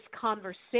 conversation